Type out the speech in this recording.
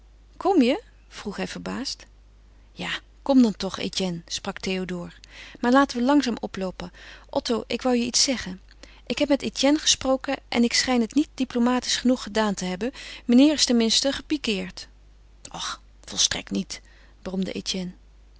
kom je vroeg hij verbaasd ja kom dan toch etienne sprak théodore maar laten we langzaam oploopen otto ik wou je iets zeggen ik heb met etienne gesproken en ik schijn het niet diplomatisch genoeg gedaan te hebben meneer is ten minste gepiqueerd ach volstrekt niet